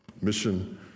Mission